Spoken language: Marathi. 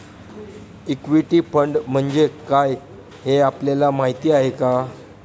इक्विटी फंड म्हणजे काय, हे आपल्याला माहीत आहे का?